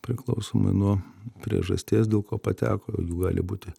priklausomai nuo priežasties dėl ko pateko jų gali būti